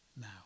now